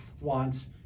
wants